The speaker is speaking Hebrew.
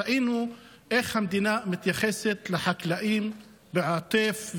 ראינו איך המדינה מתייחסת לחקלאים בעוטף,